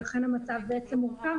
ולכן המצב מורכב.